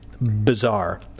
bizarre